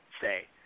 say